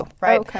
right